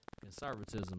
conservatism